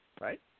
right